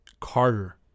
Carter